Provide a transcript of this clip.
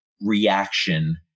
reaction